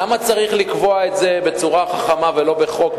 למה צריך לקבוע את זה בצורה חכמה ולא בחוק,